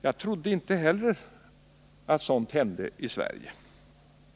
Jag trodde inte heller att sådant hände i Sverige.